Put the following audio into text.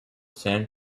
san